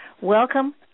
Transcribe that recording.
Welcome